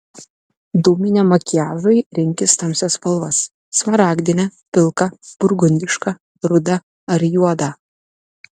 dūminiam makiažui rinkis tamsias spalvas smaragdinę pilką burgundišką rudą ar juodą